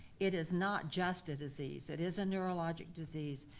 it is not just a disease, it is a neurologic disease,